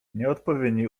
nieodpowiedni